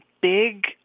big